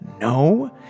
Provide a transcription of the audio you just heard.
No